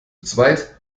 zweit